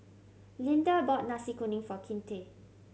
Lynda bought Nasi Kuning for Kinte